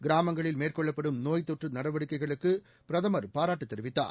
கிராமங்களில் மேற்கொள்ளப்படும் நோய்த் தொற்று தடுப்பு நடவடிக்கைகளுக்கு பிரதமர் பாராட்டு தெரிவித்தார்